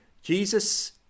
Jesus